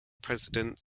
president